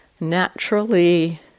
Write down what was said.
naturally